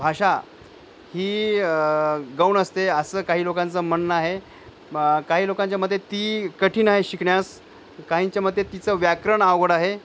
भाषा ही गौण असते असं काही लोकांचं म्हणणं आहे काही लोकांच्यामते ती कठीण आहे शिकण्यास काहीच्यामते तिचं व्याकरण अवघड आहे